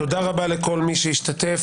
תודה רבה לכל המשתתפים.